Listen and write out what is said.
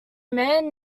man